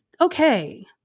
Okay